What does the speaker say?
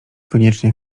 koniecznie